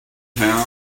town